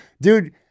Dude